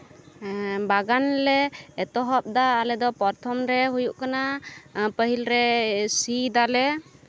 ᱵᱟᱜᱟᱱᱞᱮ ᱮᱛᱚᱦᱚᱵᱫᱟ ᱟᱞᱮᱫᱚ ᱯᱨᱚᱛᱷᱚᱢ ᱨᱮ ᱦᱩᱭᱩᱜ ᱠᱟᱱᱟ ᱯᱟᱹᱦᱤᱞ ᱨᱮ ᱥᱤᱫᱽ ᱟᱞᱮ